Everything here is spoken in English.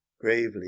gravely